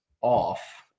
off